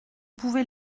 pouvez